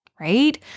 Right